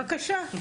בבקשה.